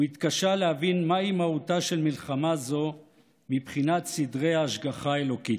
הוא התקשה להבין מהי מהותה של מלחמה זו מבחינת סדרי ההשגחה האלוקית.